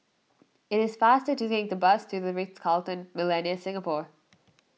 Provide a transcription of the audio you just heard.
it is faster to take the bus to the Ritz Carlton Millenia Singapore